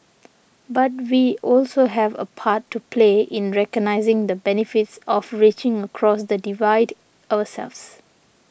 but we also have a part to play in recognising the benefits of reaching across the divide ourselves